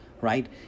right